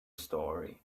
story